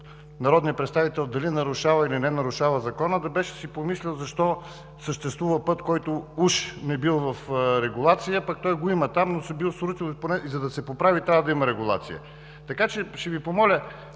народния представител – дали нарушава или не нарушава закона, да беше помислил защо съществува път, който уж не бил в регулация, пък го има там, но се бил срутил и, за да се поправи, трябва да има регулация. Така че ще Ви помоля: